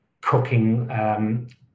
cooking